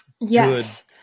Yes